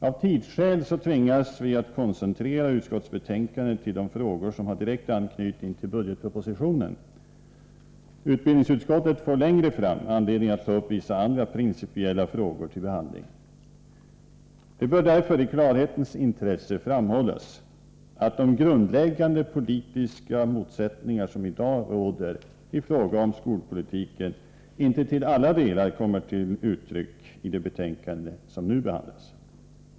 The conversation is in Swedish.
Av tidsskäl har vi tvingats att koncentrera utskottsbetänkandet till de frågor som har direkt anknytning till budgetpropositionen. Utbildningsutskottet får längre fram anledning att ta upp vissa andra principiella frågor till behandling. Det bör därför i klarhetens intresse framhållas att de grundläggande politiska motsättningar som i dag råder i fråga om skolpolitiken inte till alla delar kommer till uttryck i det betänkande som nu behandlas.